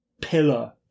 pillar